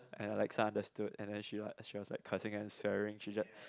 and I like so understood and she like she was like cursing and swearing she just